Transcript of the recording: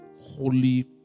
holy